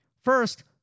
First